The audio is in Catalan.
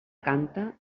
canta